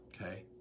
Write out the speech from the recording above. okay